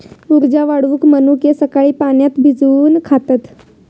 उर्जा वाढवूक मनुके सकाळी पाण्यात भिजवून खातत